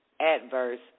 Adverse